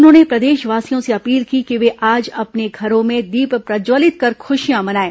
उन्होंने प्रदेशवासियों से अपील की कि वे आज अपने घरों में दीप प्रज्जवलित कर खुशियां मनाएं